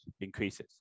increases